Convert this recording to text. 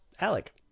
Alec